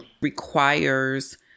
requires